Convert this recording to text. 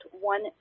one